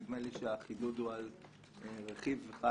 נדמה לי שהחידוד הוא לגבי רכיב אחד